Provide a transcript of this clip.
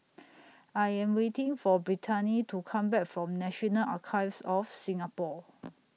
I Am waiting For Brittani to Come Back from National Archives of Singapore